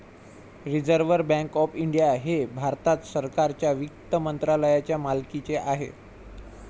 reserve Bank of India हे भारत सरकारच्या वित्त मंत्रालयाच्या मालकीचे आहे